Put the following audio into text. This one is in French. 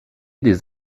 des